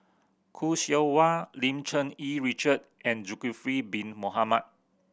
Khoo Seow Hwa Lim Cherng Yih Richard and Zulkifli Bin Mohamed